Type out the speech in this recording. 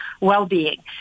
well-being